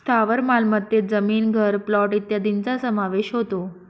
स्थावर मालमत्तेत जमीन, घर, प्लॉट इत्यादींचा समावेश होतो